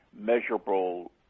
measurable